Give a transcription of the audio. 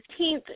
15th